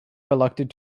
reluctant